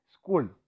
school